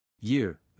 Year